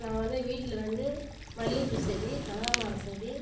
நான் வந்து வீட்டில் வந்து மல்லிகைப்பூ செடி கனகாம்பரம் செடி